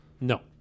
no